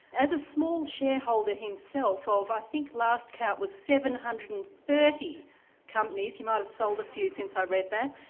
as a small shareholder himself of, i think at last count was seven hundred and thirty companies, he might have sold a few since i read that,